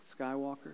Skywalker